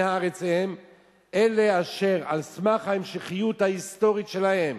הארץ הם אלה אשר על סמך ההמשכיות ההיסטורית שלהם